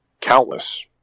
countless